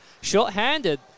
Short-handed